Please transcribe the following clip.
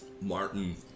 Martin